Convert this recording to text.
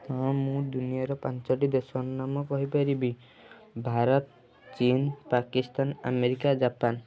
ହଁ ମୁଁ ଦୁନିଆର ପାଞ୍ଚଟି ଦେଶର ନାମ କହିପାରିବି ଭାରତ ଚୀନ ପାକିସ୍ତାନ ଆମେରିକା ଜାପାନ